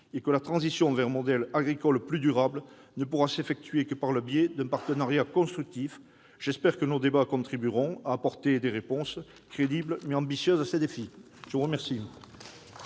et que la transition vers un modèle agricole plus durable ne pourra s'effectuer que par le biais d'un partenariat constructif. J'espère que nos débats contribueront à apporter des réponses crédibles, mais ambitieuses, à ces défis. La parole